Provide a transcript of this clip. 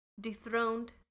dethroned